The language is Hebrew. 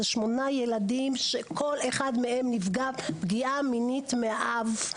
זה שמונה ילדים שכל אחד מהם נפגע פגיעה מינית מאב,